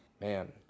man